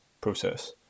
process